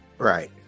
Right